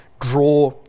draw